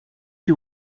you